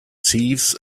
thieves